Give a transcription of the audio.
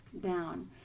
down